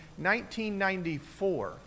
1994